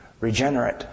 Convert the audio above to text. regenerate